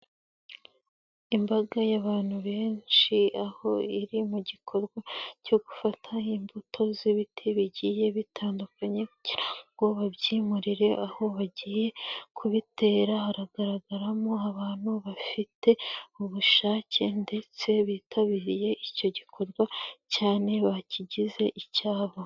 Imbaga y'abantu benshi aho iri mu gikorwa cyo gufata imbuto z'ibiti bigiye bitandukanye, kugira ngo babyimurire aho bagiye kubitera, haragaragaramo abantu bafite ubushake ndetse bitabiriye icyo gikorwa cyane bakigize icyabo.